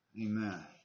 Amen